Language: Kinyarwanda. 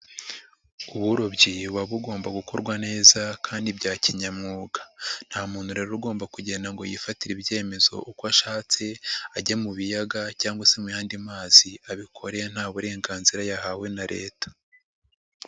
Uburobyi buba bugomba gukorwa neza kandi bya kinyamwuga. Nta muntu rero ugomba kugenda ngo yifatire ibyemezo uko ashatse, ajye mu biyaga cyangwa se mu yandi mazi abikoreye nta burenganzira yahawe na leta.